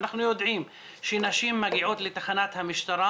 אנחנו יודעים שנשים מגיעות לתחנת המשטרה